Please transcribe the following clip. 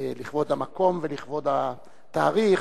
לכבוד המקום ולכבוד התאריך,